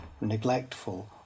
neglectful